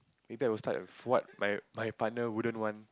maybe I will start with what my my partner wouldn't want